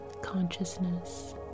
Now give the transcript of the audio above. consciousness